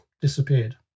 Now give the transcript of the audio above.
disappeared